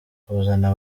kuzana